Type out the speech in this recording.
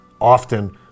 often